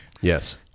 Yes